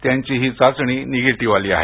त्यांची ही चाचणी निगेटिव्ह आली आहे